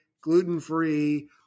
gluten-free